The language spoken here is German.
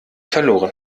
verloren